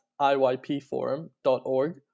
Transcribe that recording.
iypforum.org